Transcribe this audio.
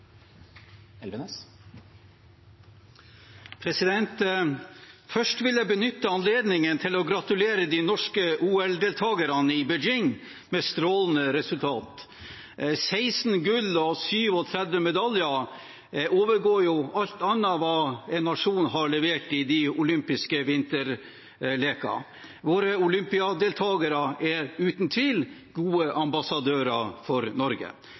Først vil jeg benytte anledningen til å gratulere de norske OL-deltakerne i Beijing med strålende resultater. 16 gull og 37 medaljer overgår hva alle andre nasjoner har levert i de olympiske vinterlekene. Våre olympiadeltakere er uten tvil gode ambassadører for Norge.